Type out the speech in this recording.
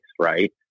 right